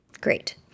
Great